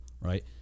right